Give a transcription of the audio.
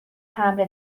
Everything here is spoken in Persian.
تمبر